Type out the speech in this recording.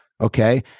Okay